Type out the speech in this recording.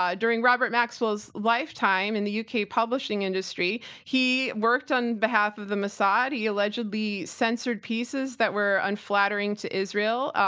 ah during robert maxwell's lifetime in the u. k. publishing industry, he worked on the behalf of the mossad. he allegedly censored pieces that were unflattering to israel,